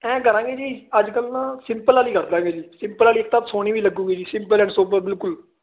ਐਂ ਕਰਾਂਗੇ ਜੀ ਅੱਜ ਕੱਲ੍ਹ ਸਿੰਪਲ ਵਾਲੀ ਕਰ ਦੇਵਾਂਗੇ ਜੀ ਸਿੰਪਲ ਵਾਲੀ ਇੱਕ ਤਾਂ ਸੋਹਣੀ ਵੀ ਲੱਗੂਗੀ ਜੀ ਸਿੰਪਲ ਐਂਡ ਸੋਬਰ ਬਿਲਕੁਲ